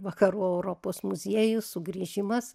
vakarų europos muziejų sugrįžimas